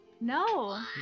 No